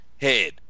head